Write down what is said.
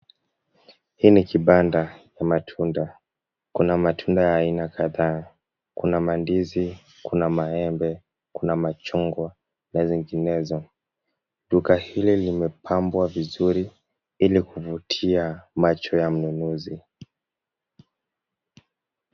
Hii ni kibanda ya matunda, Kuna matunda ya aina kadhaa. Kuna mandizi, Kuna maembe, kuna machungwa na zinginezo . Duka hili limepambwa vizuri ili kuvutia macho ya mnunuzi.